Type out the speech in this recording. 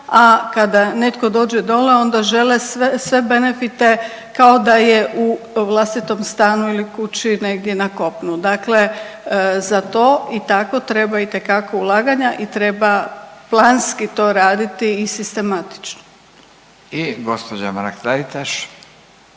a kada netko dođe dole onda žele sve benefite kao da je u vlastitom stanu ili kući negdje na kopnu. Dakle, za to i tako treba itekako ulaganja i treba planski to raditi i sistematično. **Radin, Furio